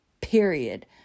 period